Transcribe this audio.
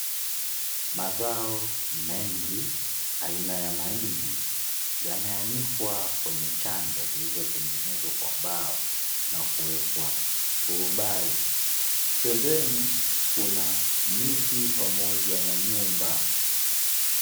Mazao mengi aina ya mahindi yameanikwa kwenye chanja vizuri iliyotengenezwa kwa mbao na kuekwa turubai pembeni kuna miti pamoja na nyumba.